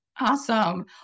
Awesome